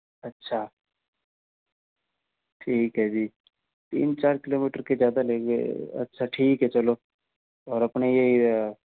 अच्छा ठीक है जी तीन चार किलोमीटर के ज़्यादा लेंगे अच्छा ठीक है चलो और अपने यह